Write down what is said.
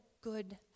good